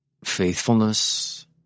Faithfulness